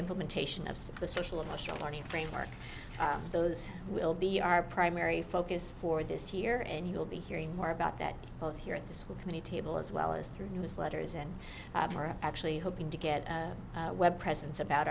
implementation of the social emotional learning framework those will be our primary focus for this year and you'll be hearing more about that both here at the school committee table as well as through newsletters and are actually hoping to get web presence about